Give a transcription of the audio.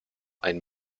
ein